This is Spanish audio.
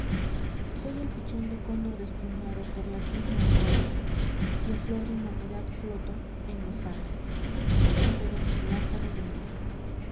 el pinchón de cóndor desplumado por latino arcabús y a flor de humanidad floto en los andes como un perenne lázaro de luz